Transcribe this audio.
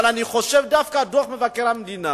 אבל אני חושב שדווקא דוח מבקר המדינה